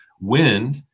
Wind